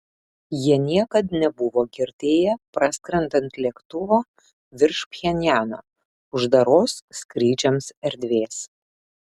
jie niekad nebuvo girdėję praskrendant lėktuvo virš pchenjano uždaros skrydžiams erdvės